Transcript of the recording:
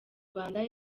rwanda